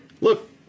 look